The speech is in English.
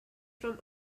from